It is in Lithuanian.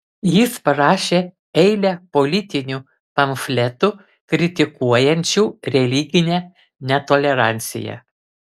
jis parašė eilę politinių pamfletų kritikuojančių religinę netoleranciją